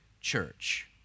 church